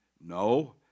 No